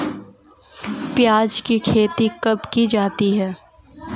प्याज़ की खेती कब की जाती है?